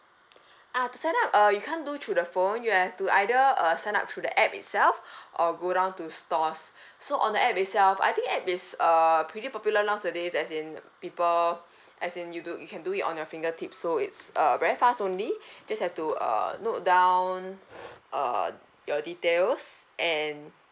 ah to sign up uh you can't do through the phone you have to either uh sign up through the app itself or go down to stores so on the app itself I think app is err pretty popular nowadays as in people as in you do you can do it on your fingertips so it's err very fast only just have to err note down uh your details and